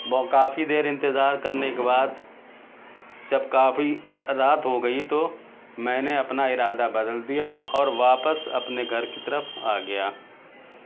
بہ کافی دیر انتظار کرنے کے بعد جب کافی رات ہو گئی تو میں نے اپنا ارادہ بدل دیا اور واپس اپنے گھر کی طرف آ گیا